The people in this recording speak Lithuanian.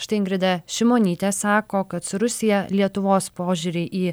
štai ingrida šimonytė sako kad su rusija lietuvos požiūriai į